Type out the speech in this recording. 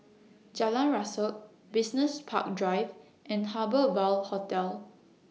Jalan Rasok Business Park Drive and Harbour Ville Hotel